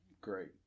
great